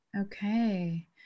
Okay